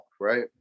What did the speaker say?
right